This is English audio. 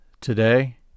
today